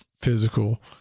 physical